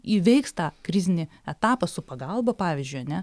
įveiks tą krizinį etapą su pagalba pavyzdžiui ane